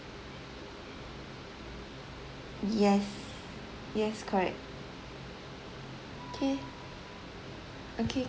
yes yes correct K okay